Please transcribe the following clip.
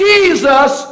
Jesus